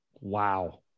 wow